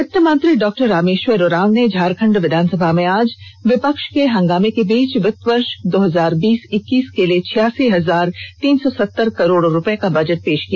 वित्त मंत्री डॉ रामेष्वर उरांव ने झारखंड विधानसभा में आज विपक्ष के हंगामे के बीच वित्त वर्ष दो हजार बीस इक्कीस के लिए छियासी हजार तीन सौ सत्तर करोड़ रूपये का बजट पेष किया